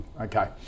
Okay